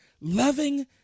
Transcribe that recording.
loving